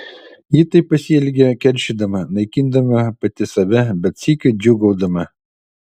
ji taip pasielgė keršydama naikindama pati save bet sykiu džiūgaudama